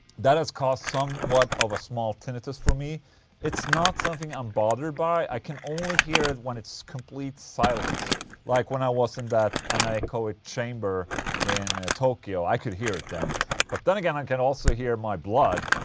that has caused somewhat of a small tinnitus for me it's not something i'm bothered by i can only hear it when it's complete silence like when i was in that anechoic chamber in tokyo, i could hear it then but then again, i could also hear my blood